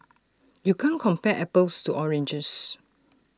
you can't compare apples to oranges